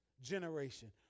generation